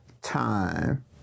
time